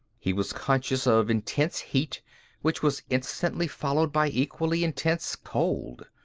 he was conscious of intense heat which was instantly followed by equally intense cold.